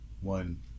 one